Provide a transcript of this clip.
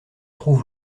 trouve